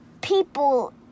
People